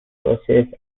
process